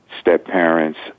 step-parents